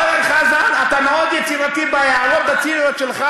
אורן חזן, אתה מאוד יצירתי בהערות הציניות שלך.